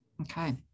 Okay